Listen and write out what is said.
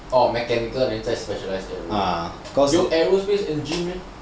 or mechanical then 在 specialise aerospace engineering 有 aerospace engineering meh